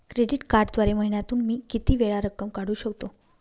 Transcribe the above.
Credit कार्डद्वारे महिन्यातून मी किती वेळा रक्कम काढू शकतो?